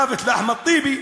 מוות לאחמד טיבי,